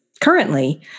Currently